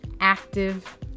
active